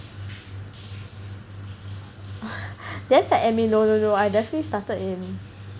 did I start end May no no no I definitely started in